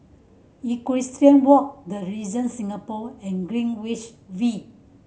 Equestrian Walk The Regent Singapore and Greenwich V